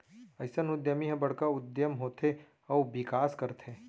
अइसन उद्यमी ह बड़का उद्यम होथे अउ बिकास करथे